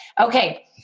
okay